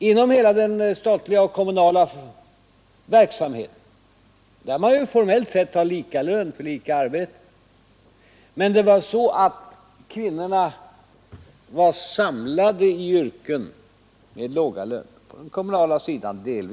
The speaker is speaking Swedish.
Inom hela den statliga och kommunala verksamheten, där man formellt sett har lika lön för lika arbete, var kvinnorna samlade i yrken med låga löner.